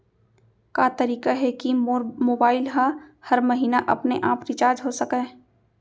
का तरीका हे कि मोर मोबाइल ह हर महीना अपने आप रिचार्ज हो सकय?